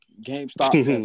GameStop